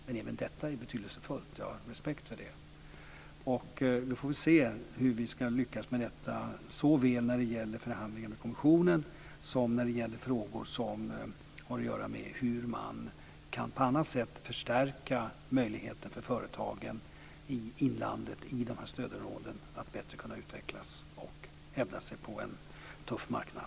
Men även detta är betydelsefullt. Jag har respekt för det. Vi får se hur vi ska lyckas med detta såväl när det gäller förhandlingar med kommissionen som när det gäller frågor som har att göra med hur man på annat sätt kan förstärka möjligheten för företagen i inlandet i de här stödområdena att bättre utvecklas och hävda sig på en tuff marknad.